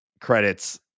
credits